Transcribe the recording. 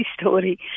story